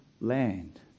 land